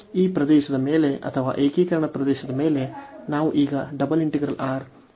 ಈ ಪ್ರದೇಶದ ಮೇಲೆ ಅಥವಾ ಏಕೀಕರಣದ ಪ್ರದೇಶದ ಮೇಲೆ ನಾವು ಈಗ ಅನ್ನು ಸಂಯೋಜಿಸುತ್ತೇವೆ